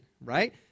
Right